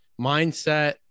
mindset